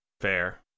Fair